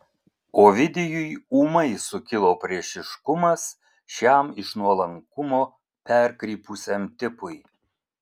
ovidijui ūmai sukilo priešiškumas šiam iš nuolankumo perkrypusiam tipui